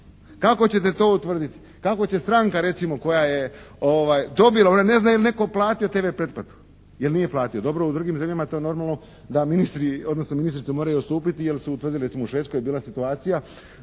Kako ćete to utvrditi? Kako će stranka recimo koja je dobila, ona ne zna je li netko platio TV pretplatu. Ili nije platio. Dobro, u drugim zemljama to je normalno da ministri odnosno ministrice moraju odstupiti jer se utvrdilo recimo u Švedskoj je bila situacija